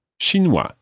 chinois